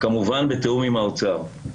כמובן בתיאום עם האוצר.